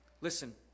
Listen